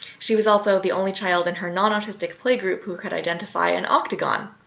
she was also the only child in her nonautistic play group who could identify an octagon.